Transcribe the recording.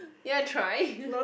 you wanna try